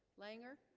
langer